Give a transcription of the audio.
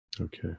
Okay